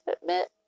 admit